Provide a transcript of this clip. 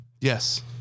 Yes